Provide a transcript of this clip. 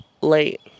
late